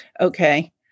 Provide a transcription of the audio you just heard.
Okay